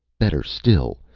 better still,